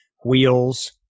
wheels